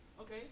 Okay